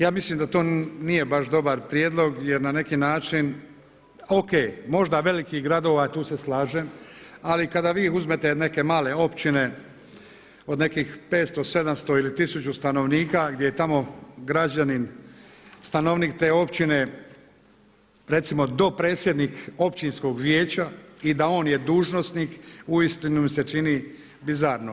Ja mislim da to nije baš dobar prijedlog jer na neki način, O.K, možda velikih gradova i tu se slažem ali kada vi uzmete neke male općine od nekih 500, 700 ili 1000 stanovnika gdje je tamo građanin stanovnik te općine recimo do predsjednik općinskog vijeća i da on je dužnosnik uistinu mi se čini bizarno.